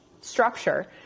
structure